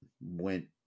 went